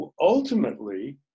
ultimately